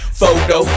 photo